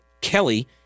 Kelly